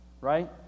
Right